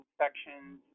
sections